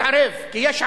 להתערב, כי יש ערר.